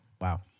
Wow